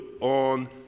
on